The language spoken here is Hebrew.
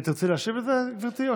תרצי להשיב על זה, גברתי?